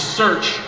search